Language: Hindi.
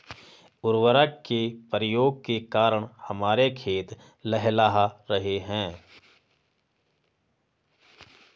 उर्वरक के प्रयोग के कारण हमारे खेत लहलहा रहे हैं